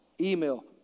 email